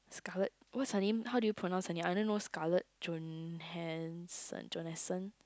Scarlet what's her name how do you pronounce her name I only know Scarlet-johanson Johanson